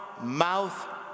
mouth